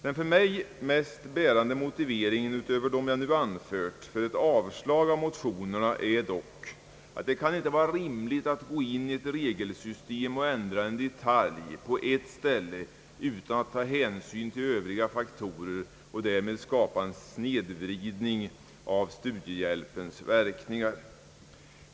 Den för mig mest bärande motiveringen utöver de jag nu anfört för ett avslag av motionerna är dock, att det inte kan vara rimligt att gå in i ett regelsystem och ändra på ett ställe utan att ta hänsyn till övriga faktorer och därmed skapa en snedvridning av studiehjälpens verkningar.